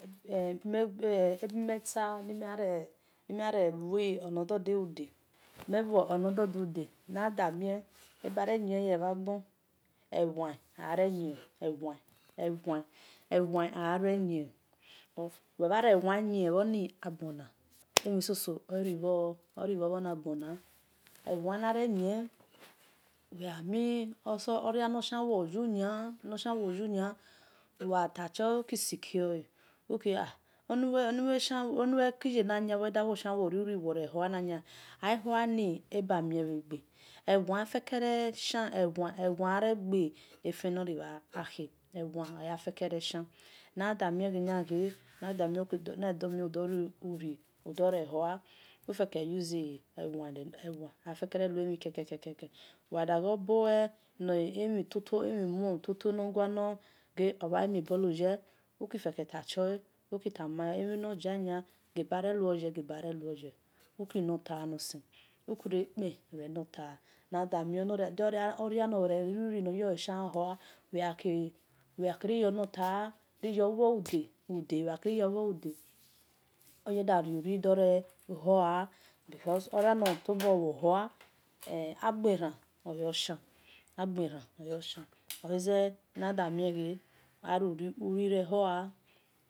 Ebi meta ni mel yan re rui enodo de ude̠ mel bui enodo de ude na da mie eba re-yie me mha ghon ewan ore yien because wel bhare wu yie-bho-ni agbona emhi so-so o̠eribhor nagbona wel ghami oria no gha ya wunia aghat tiole wel ki sikiole onuwel yan re riri bho re hua na nia a hua ni ebamie bhe gbe ewan afeke re-shia ewa are̠ gbi ofe nor ribho khe afere re shia nada mie ni ghe nughe do ri uri re huo ufeke usi udo re hua ufeke usi eww re-lele ewan areke re lue mhi ke-keke ugha mi bolu ne mhi toto nor gualar wel ghe emhi mhon dodiahe elki feke tiole uki lole taloo uki re kpen re lor tailor nor sen uki re-kpen reloo tolor na damie oria na da mie ore yan ro-hua wel gha kil yirio re toor buolu de oye dore-ri-ri dore huaa because oria nor tobole wo hua agbe-ran oloshian agberian oloshian oleze ari-ki re hua.